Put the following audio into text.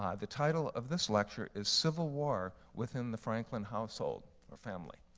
um the title of this lecture is civil war within the franklin household or family.